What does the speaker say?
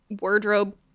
wardrobe